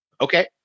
Okay